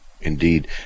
Indeed